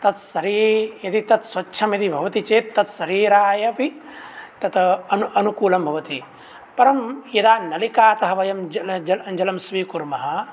तत् सरी यदि तत् स्वच्छम् इति भवति चेत् तत् शरीराय अपि तत् अनुकूलं भवति परं यदा नलिकातः वयं जलं स्वीकुर्मः